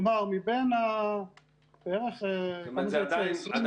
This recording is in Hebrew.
כלומר, מבין בערך כמה זה יוצא?